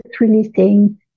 releasing